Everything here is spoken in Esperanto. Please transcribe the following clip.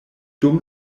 dum